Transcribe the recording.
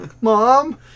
Mom